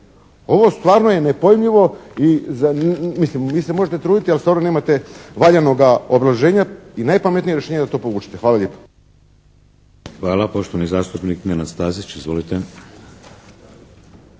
Ovo stvarno je nepojmljivo. Mislim, vi se možete truditi ali stvarno nemate valjanoga obrazloženja i najpametnije rješenje je da to povučete. Hvala lijepo. **Šeks, Vladimir (HDZ)** Hvala. Poštovani zastupnik Nenad Stazić. Izvolite!